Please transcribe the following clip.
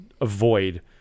avoid